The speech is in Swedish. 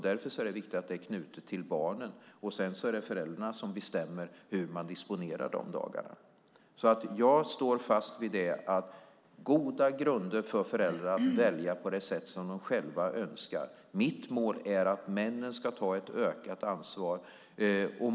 Därför är det viktigt att det är knutet till barnen, och sedan är det föräldrarna som bestämmer hur man disponerar dagarna. Jag står fast vid att det finns goda grunder för föräldrar att välja på det sätt som de själva önskar. Mitt mål är att männen ska ta ett ökat ansvar.